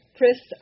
Chris